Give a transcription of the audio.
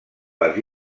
les